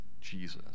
Jesus